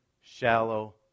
shallow